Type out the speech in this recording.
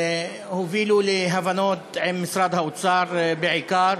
הובילו להבנות עם משרד האוצר בעיקר,